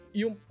yung